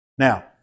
Now